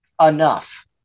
enough